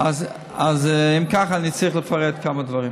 אם ככה, אני צריך לפרט כמה דברים.